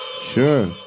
Sure